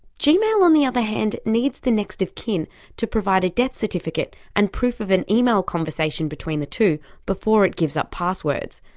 gmail, on the other hand, needs the next of kin to provide a death certificate and proof of an email conversation between the two before it gives up passwords.